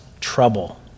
trouble